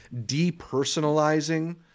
depersonalizing